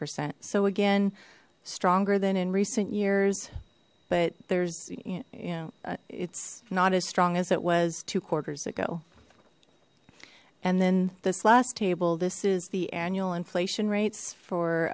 percent so again stronger than in recent years but there's you know it's not as strong as it was two quarters ago and then this last table this is the annual inflation rates for